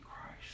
Christ